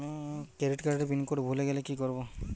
Credit কার্ডের pin code ভুলে গেলে কি করব?